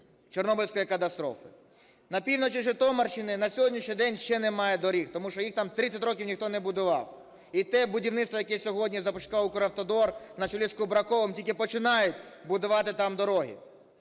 Чорнобильської катастрофи. На півночі Житомирщини на сьогоднішній день ще немає доріг, тому що їх там 30 років ніхто не будував. І те будівництво, яке сьогодні започаткував Укравтодор на чолі з Кубраковим тільки починають будувати там дороги.